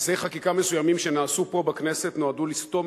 מעשי חקיקה מסוימים שנעשו פה בכנסת נועדו לסתום